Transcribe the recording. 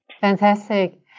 Fantastic